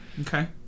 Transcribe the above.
Okay